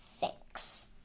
Thanks